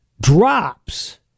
drops